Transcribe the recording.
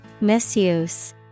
Misuse